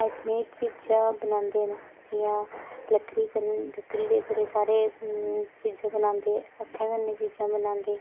handmade चीज़ा बनांदे न जियां लक्कड़ी कन लक्कड़ी दे बड़े सारे चीज़ां बनांदे हत्थें कन्नै चीज़ां बनांदे